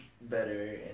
better